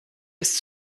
ist